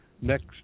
next